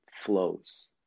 flows